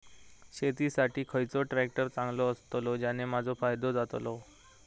शेती साठी खयचो ट्रॅक्टर चांगलो अस्तलो ज्याने माजो फायदो जातलो?